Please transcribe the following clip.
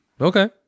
okay